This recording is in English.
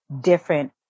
different